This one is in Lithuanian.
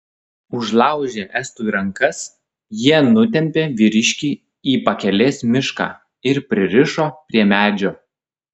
užlaužę estui rankas jie nutempė vyriškį į pakelės mišką ir pririšo prie medžio